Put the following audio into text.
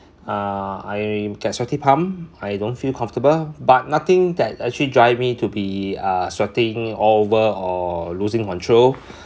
uh I get sweaty palm I don't feel comfortable but nothing that actually drive me to be uh sweating over or losing control